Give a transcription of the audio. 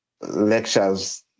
lectures